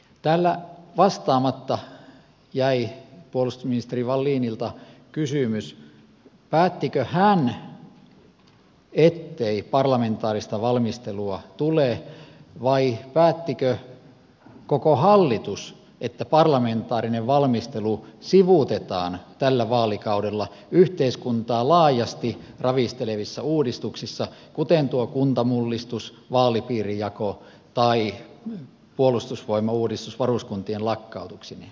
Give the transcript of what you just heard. täällä jäi puolustusministeri wallinilta vastaamatta kysymykseen päättikö hän ettei parlamentaarista valmistelua tule vai päättikö koko hallitus että parlamentaarinen valmistelu sivuutetaan tällä vaalikaudella yhteiskuntaa laajasti ravistelevissa uudistuksissa kuten kuntamullistuksessa vaalipiirijaossa tai puolustusvoimauudistuksessa varuskuntien lakkautuksineen